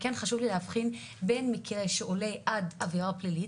חשוב לי להבחין בין מקרה שעולה עד עבירה פלילית,